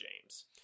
James